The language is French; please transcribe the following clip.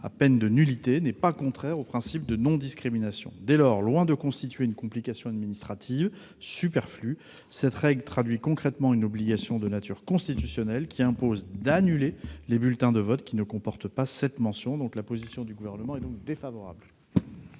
code électoral, n'était pas contraire au principe de non-discrimination. Dès lors, loin de constituer une complication administrative superflue, cette règle traduit concrètement une obligation de nature constitutionnelle, qui impose d'annuler les bulletins de vote ne comportant pas cette mention. Le Gouvernement émet donc